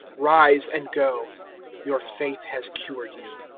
rise and go your faith has cured you.